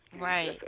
Right